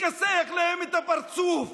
לכסח להם את הפרצוף.